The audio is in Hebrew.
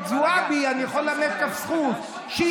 את זועבי אני עוד יכול לדון לכף זכות על